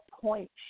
point